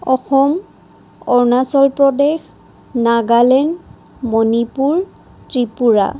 Assam Arunachal Pradesh Nagaland Manipur Tripura